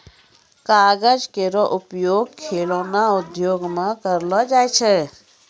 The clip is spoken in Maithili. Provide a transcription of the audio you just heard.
कागज केरो उपयोग खिलौना उद्योग म करलो जाय छै